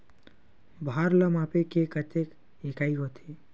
भार ला मापे के कतेक इकाई होथे?